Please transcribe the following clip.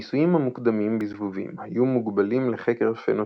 הניסויים המוקדמים בזבובים היו מוגבלים לחקר פנוטיפים,